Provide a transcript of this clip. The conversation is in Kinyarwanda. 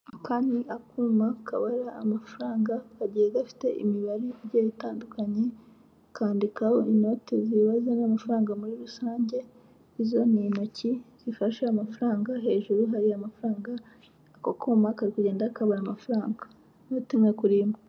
Aka ni akuma kabara amafaranga; kagiye gafite imibare igiye itandukanye kandikaho inoti zibaze n'amafaranga muri rusange. Izo n'intonki zifashe amafaranga hejuru hari amafaranga ako kuma kari kugenda kabara amafaranga inoti imwe kuri imwe.